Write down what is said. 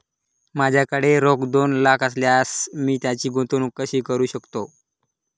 माझ्याकडे रोख दोन लाख असल्यास मी त्याची गुंतवणूक कशी करू शकतो?